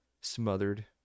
smothered